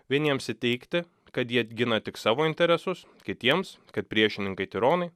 vieniems įteigti kad jie gina tik savo interesus kitiems kad priešininkai tironai